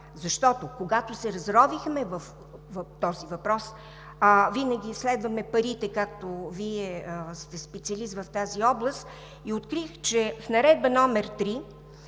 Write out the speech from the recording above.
Защото, когато се разровихме в този въпрос, винаги следваме парите – Вие сте специалист в тази област, и открих, че в Наредба № 3,